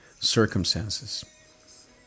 circumstances